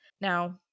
Now